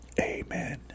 Amen